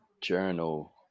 journal